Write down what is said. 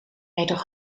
meter